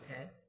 Okay